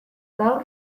gaur